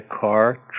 car